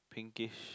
pinkish